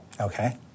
Okay